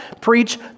preach